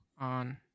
on